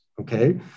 okay